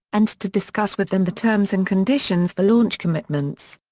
and to discuss with them the terms and conditions for launch commitments.